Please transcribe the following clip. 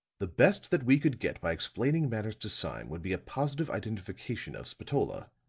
the best that we could get by explaining matters to sime would be a positive identification of spatola,